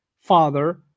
father